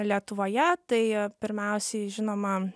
lietuvoje tai pirmiausiai žinoma